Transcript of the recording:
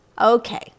okay